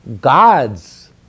God's